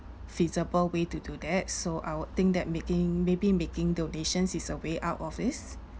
feasible way to do that so I would think that making maybe making donations is a way out of this